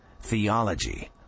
Theology